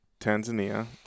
Tanzania